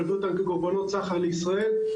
להביא אותם כקורבנות סחר לישראל,